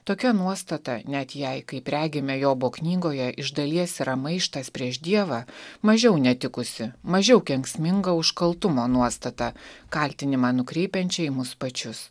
tokia nuostata net jei kaip regime jobo knygoje iš dalies yra maištas prieš dievą mažiau netikusį mažiau kenksmingą už kaltumo nuostatą kaltinimą nukreipiančią į mus pačius